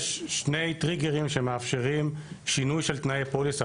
יש שני טריגרים שמאפשרים שינוי של תנאי פוליסה.